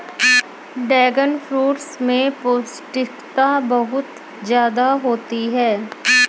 dragon fruit में पौष्टिकता बहुत ज्यादा होती है